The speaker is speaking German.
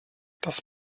das